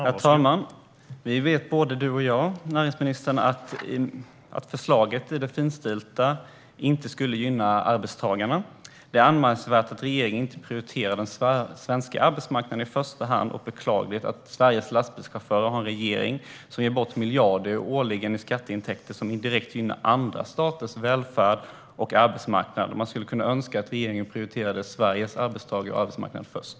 Herr talman! Vi vet både du och jag, näringsministern, att förslaget i det finstilta inte skulle gynna arbetstagarna. Det är anmärkningsvärt att regeringen inte prioriterar den svenska arbetsmarknaden i första hand och beklagligt att Sveriges lastbilschaufförer har en regering som ger bort miljarder årligen i skatteintäkter som indirekt gynnar andra staters välfärd och arbetsmarknad. Man skulle kunna önska att regeringen prioriterade Sveriges arbetstagare och arbetsmarknad först.